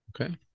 Okay